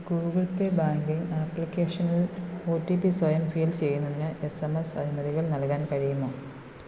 Google pay banking ആപ്ലിക്കേഷനിൽ O T P സ്വയം fill ചെയ്യുന്നതിന് എസ് എം എസ് അനുമതികൾ നൽകാൻ കഴിയുമോ